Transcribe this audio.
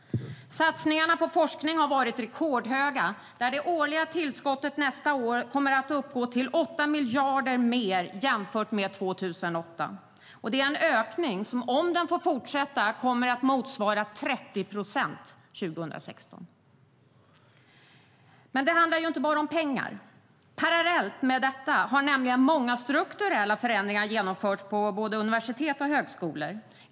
Satsningarna på forskning har varit rekordhöga. Det årliga tillskottet kommer nästa år att uppgå till 8 miljarder mer än för 2008. Det är en ökning som om den får fortsätta kommer att motsvara 30 procent 2016.Men det handlar inte bara om pengar. Parallellt med detta har nämligen många strukturella förändringar genomförts på både universitet och högskolor.